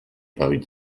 parut